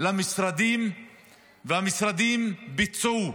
והמשרדים ביצעו.